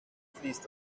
fließt